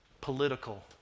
political